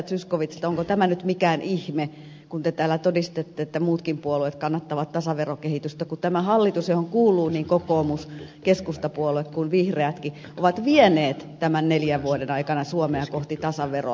zyskowicz että onko tämä nyt mikään ihme kun te täällä todistatte että muutkin puolueet kannattavat tasaverokehitystä kun tämä hallitus johon kuuluu niin kokoomus keskusta puolue kuin vihreätkin on vienyt tämän neljän vuoden aikana suomea kohti tasaveroa